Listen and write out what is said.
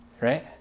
Right